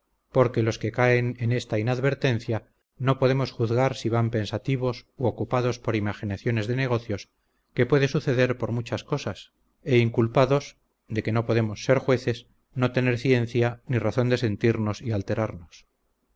porque los que caen en esta inadvertencia no podemos juzgar si van pensativos u ocupados por imaginaciones de negocios que pueden suceder por muchas cosas e inculpados de que no podemos ser jueces no tener ciencia ni razón de sentirnos y alterarnos